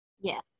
Yes